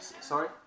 sorry